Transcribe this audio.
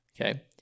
Okay